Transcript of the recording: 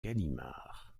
gallimard